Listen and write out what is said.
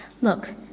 Look